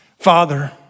Father